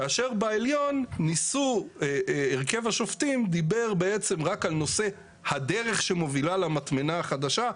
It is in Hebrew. כאשר בעליון הרכב השופטים דיבר רק על הדרך שמובילה למטמנה החדשה.